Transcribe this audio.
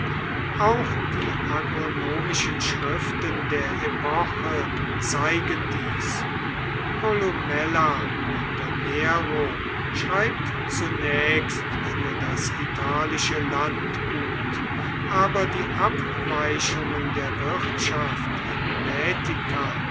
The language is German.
auch die agronomischen schriften der epoche zeigen dies columella unter nero schreibt zunächst für das italische landgut aber die abweichungen der wirtschaft in